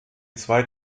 zwei